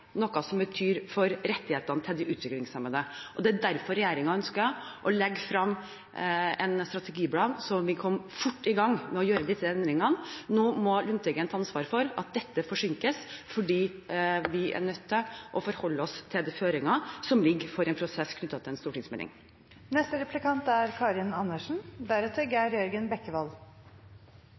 noe for folk, og særlig noe som betyr noe for rettighetene til de utviklingshemmede. Det er derfor regjeringen ønsker å legge frem en strategiplan, slik at vi kommer fort i gang med å gjøre disse endringene. Nå må Lundteigen ta ansvar for at dette forsinkes, fordi vi er nødt til å forholde oss til de føringer som foreligger for en prosess knyttet til en stortingsmelding.